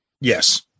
Yes